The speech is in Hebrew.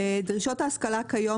דרישות ההשכלה כיום,